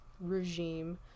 regime